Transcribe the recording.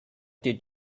did